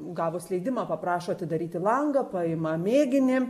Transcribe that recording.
gavus leidimą paprašo atidaryti langą paima mėginį